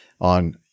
on